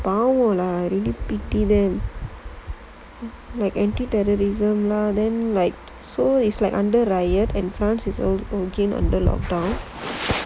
power lah I really pity them like anti terrorism law then like so is like under riot and france is also lockdown